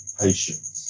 patience